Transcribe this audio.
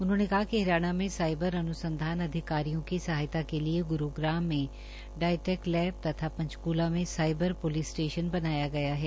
उन्होंने कहा कि हरियाणा में साईबर अनुसंधान अधिकारियों की सहायता को लिए गुरूग्राम मे डायटैक लैब तथा पंचकूला में साईबल पुलिस स्टेशन बनाया गया है